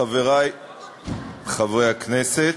חברי חברי הכנסת,